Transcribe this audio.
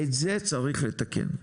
את זה צריך לתקן.